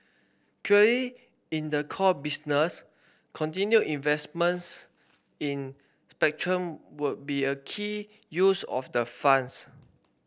clearly in the core business continued investment in would be a key use of the funds